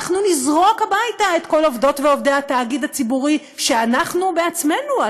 אנחנו נזרוק הביתה את כל עובדות ועובדי התאגיד הציבורי שאנחנו עצמנו,